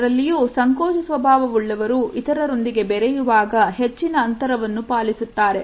ಅದರಲ್ಲಿಯೂ ಸಂಕೋಚ ಸ್ವಭಾವವುಳ್ಳವರು ಇತರರೊಂದಿಗೆ ಬೆರೆಯುವಾಗ ಹೆಚ್ಚಿನ ಅಂತರವನ್ನು ಪಾಲಿಸುತ್ತಾರೆ